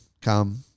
come